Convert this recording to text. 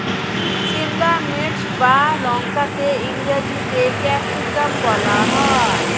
সিমলা মির্চ বা লঙ্কাকে ইংরেজিতে ক্যাপসিকাম বলা হয়